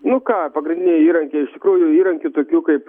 nu ką pagrindiniai įrankiai iš tikrųjų įrankių tokių kaip